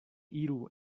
iru